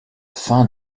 faim